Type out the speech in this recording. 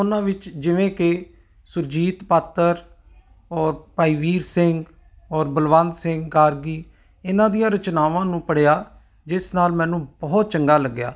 ਉਹਨਾਂ ਵਿੱਚ ਜਿਵੇਂ ਕਿ ਸੁਰਜੀਤ ਪਾਤਰ ਔਰ ਭਾਈ ਵੀਰ ਸਿੰਘ ਔਰ ਬਲਵੰਤ ਸਿੰਘ ਗਾਰਗੀ ਇਹਨਾਂ ਦੀਆਂ ਰਚਨਾਵਾਂ ਨੂੰ ਪੜ੍ਹਿਆ ਜਿਸ ਨਾਲ ਮੈਨੂੰ ਬਹੁਤ ਚੰਗਾ ਲੱਗਿਆ